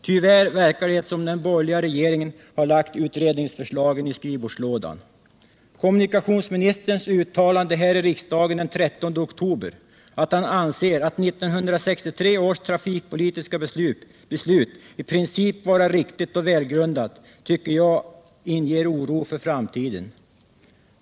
Tyvärr verkar det som om den borgerliga regeringen hade lagt utredningsförslagen i skrivbordslådan. Kommunikationsministerns uttalande här i riksdagen den 13 oktober, att han anser 1963 års trafikpolitiska beslut i princip vara riktigt och välgrundat, tycker jag inger oro för framtiden.